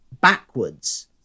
backwards